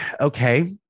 okay